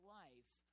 life